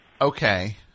Okay